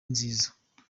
nziza